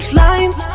lines